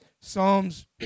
Psalms